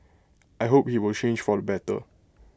I hope he will change for the better